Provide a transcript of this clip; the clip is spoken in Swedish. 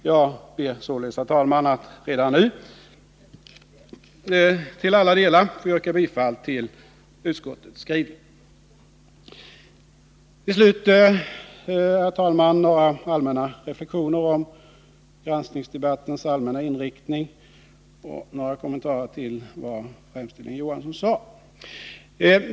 Jag ber således, herr talman, att redan nu till alla delar få yrka bifall till utskottets skrivningar. Till slut, herr talman, några allmänna reflexioner om granskningsdebattens allmänna inriktning och några kommentarer till vad främst Hilding Johansson sade.